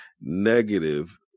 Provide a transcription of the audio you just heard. negative